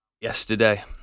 yesterday